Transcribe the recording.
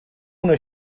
una